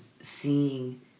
seeing